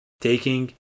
taking